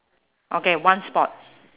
okay one spot